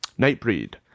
Nightbreed